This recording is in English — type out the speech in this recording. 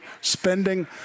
spending